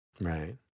Right